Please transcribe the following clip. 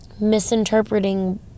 misinterpreting